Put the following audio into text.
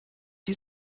die